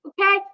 Okay